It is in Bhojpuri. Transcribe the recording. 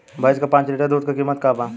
भईस के पांच लीटर दुध के कीमत का बा?